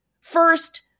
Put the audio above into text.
first